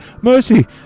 mercy